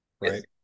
right